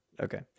okay